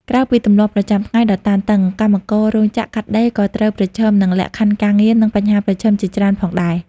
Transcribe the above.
ក្រៅពីទម្លាប់ប្រចាំថ្ងៃដ៏តានតឹង កម្មកររោងចក្រកាត់ដេរក៏ត្រូវប្រឈមនឹង លក្ខខណ្ឌការងារ និងបញ្ហាប្រឈម ជាច្រើនផងដែរ។